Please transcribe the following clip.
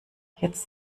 jetzt